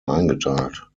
eingeteilt